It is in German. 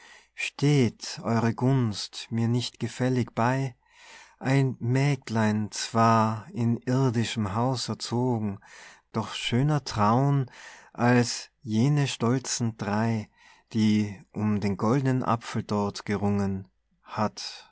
steht eure gunst mir nicht gefällig bei ein mägdlein zwar in irdischem haus erzogen doch schöner traun als jene stolzen drei die um den goldnen apfel dort gerungen hat